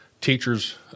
teachers